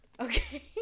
Okay